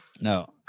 No